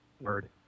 Word